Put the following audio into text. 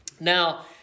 Now